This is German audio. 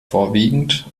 vorwiegend